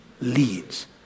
leads